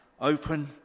Open